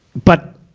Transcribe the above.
but,